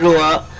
la